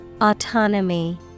Autonomy